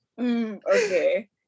okay